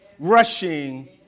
Rushing